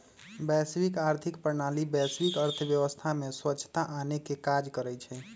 वैश्विक आर्थिक प्रणाली वैश्विक अर्थव्यवस्था में स्वछता आनेके काज करइ छइ